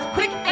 Quick